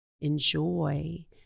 enjoy